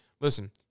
listen